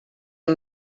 amb